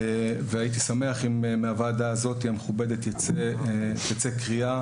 הייתי שמח אם מהוועדה המכובדת הזאת תצא קריאה